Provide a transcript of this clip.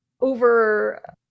over